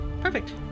Perfect